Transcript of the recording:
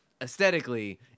aesthetically